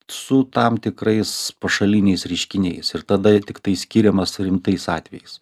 su tam tikrais pašaliniais reiškiniais ir tada tiktai skiriamas rimtais atvejais